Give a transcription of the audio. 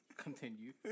Continue